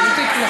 גברתי,